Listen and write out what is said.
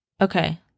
Okay